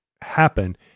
happen